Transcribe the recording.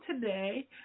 today